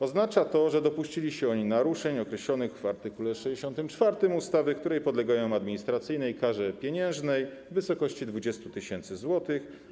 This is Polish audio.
Oznacza to, że dopuścili się oni naruszeń określonych w art. 64 ustawy, które podlegają administracyjnej karze pieniężnej w wysokości 20 tys. zł.